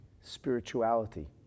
spirituality